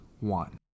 one